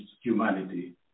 humanity